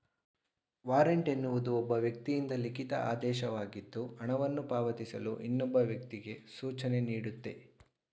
warrant ಎನ್ನುವುದು ಒಬ್ಬ ವ್ಯಕ್ತಿಯಿಂದ ಲಿಖಿತ ಆದೇಶವಾಗಿದ್ದು ಹಣವನ್ನು ಪಾವತಿಸಲು ಇನ್ನೊಬ್ಬ ವ್ಯಕ್ತಿಗೆ ಸೂಚನೆನೀಡುತ್ತೆ